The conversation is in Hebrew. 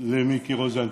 למיקי רוזנטל.